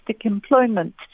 employment